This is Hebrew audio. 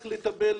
שערורייה.